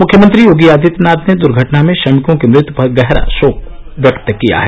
मुख्यमंत्री योगी आदित्यनाथ ने दुर्घटना में श्रमिकों की मृत्यु पर गहरा शोक व्यक्त किया है